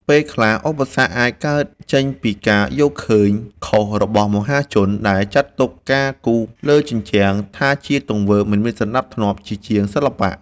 ពេលខ្លះ ឧបសគ្គអាចកើតចេញពីការយល់ឃើញខុសរបស់មហាជន ដែលចាត់ទុកការគូរលើជញ្ជាំងថាជាទង្វើមិនមានសណ្ដាប់ធ្នាប់ ជាជាងសិល្បៈ។